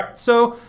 so,